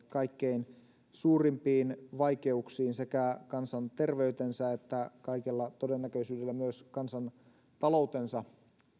kaikkein suurimpiin vaikeuksiin sekä kansanterveytensä että kaikella todennäköisyydellä myös kansantaloutensa